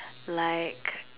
like